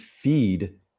feed